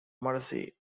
mercy